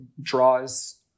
draws